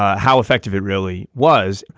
ah how effective it really was.